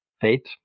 fate